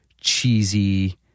cheesy